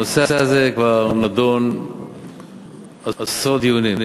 הנושא הזה כבר נדון בעשרות דיונים.